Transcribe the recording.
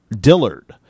Dillard